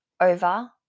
over